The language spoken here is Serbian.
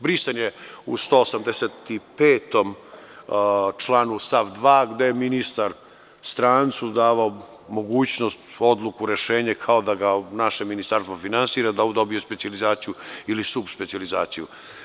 Brisanje u članu 185. stava 2, gde je ministar strancu davao mogućnost, odluku, rešenje kao da ga naše ministarstvo finansira, da on dobije specijalizaciju ili subspecijalizaciju.